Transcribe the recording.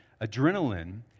adrenaline